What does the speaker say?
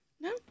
no